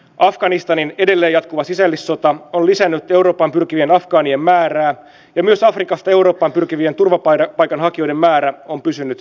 afganistanin edelleen jatkuva sisällissota on lisännyt eurooppaan pyrkivien afgaanien määrää ja myös afrikasta eurooppaan pyrkivien turvapaikanhakijoiden määrä on pysynyt korkeana